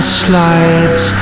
slides